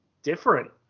different